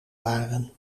waren